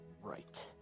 right